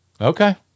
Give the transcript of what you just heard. Okay